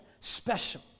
special